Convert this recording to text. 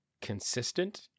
consistent